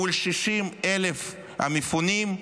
מול 60,000 המפונים,